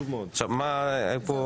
מה עם החוק